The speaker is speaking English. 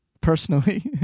personally